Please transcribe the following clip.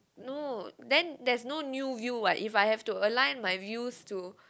no then there's no new view what if I need to align my views to